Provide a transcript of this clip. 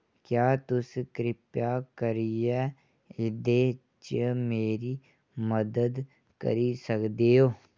क्या तुस कृपा करियै एह्दे च मेरी मदद करी सकदे ओ